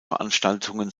veranstaltungen